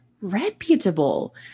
Reputable